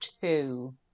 two